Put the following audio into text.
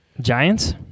Giants